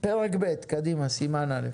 פרק ב' קדימה, סימן א'.